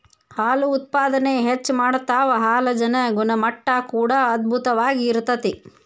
ಹಾಲು ಉತ್ಪಾದನೆ ಹೆಚ್ಚ ಮಾಡತಾವ ಹಾಲಜನ ಗುಣಮಟ್ಟಾ ಕೂಡಾ ಅಧ್ಬುತವಾಗಿ ಇರತತಿ